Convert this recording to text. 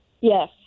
yes